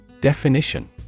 Definition